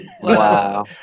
Wow